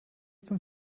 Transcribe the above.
zum